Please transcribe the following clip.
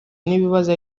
n’ibibazo